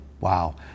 Wow